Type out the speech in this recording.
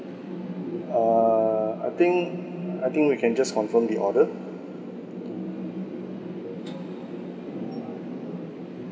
uh I think I think we can just confirm the order